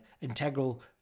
integral